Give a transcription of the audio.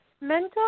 Mental